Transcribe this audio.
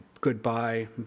Goodbye